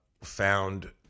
found